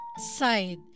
Side